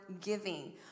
giving